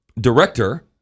director